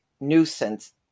nuisance